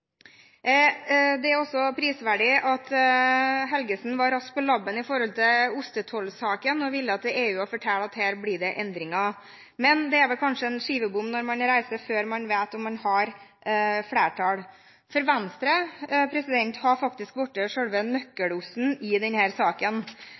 Det er også prisverdig at Helgesen var rask på labben i ostetollsaken, og ville til EU og fortelle at her blir det endringer. Men det er vel kanskje en skivebom når man reiser før man vet om man har flertall. For Venstre har faktisk